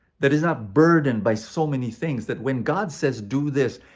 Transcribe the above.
that is not burdened by so many things. that when god says, do this,